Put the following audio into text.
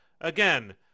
again